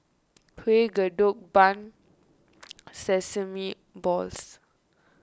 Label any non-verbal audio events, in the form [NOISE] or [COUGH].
Kueh Kodok Bun [NOISE] Sesame Balls